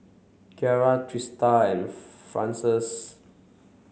Ciarra Trista and Frances